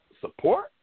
support